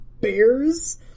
bears